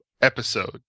episode